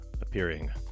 appearing